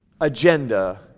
agenda